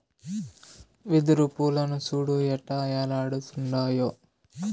వెదురు పూలను సూడు ఎట్టా ఏలాడుతుండాయో